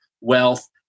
wealth